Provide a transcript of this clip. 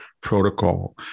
protocol